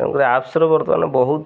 ତେଣୁକରି ଆପ୍ସ୍ର ବର୍ତ୍ତମାନ ବହୁତ